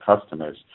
customers